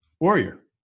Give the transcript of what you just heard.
Warrior